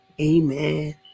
amen